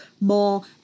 more